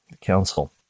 Council